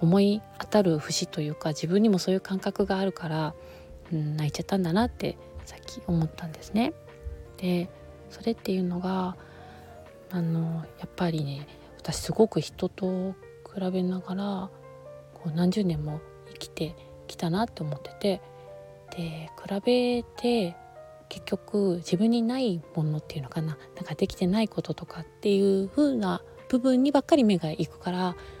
思い当たる節というか、自分にもそういう感覚があるから、うん、泣いちゃったんだなってさっき思ったんですね。で、それっていうのが、あの、やっぱりね、私すごく人と比べながら、こう何十年も生きてきたなって思ってて、で、比べて結局自分にないものっていうのかな、なんかできてないこととかっていう風な部分にばっかり目が行くから、